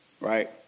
Right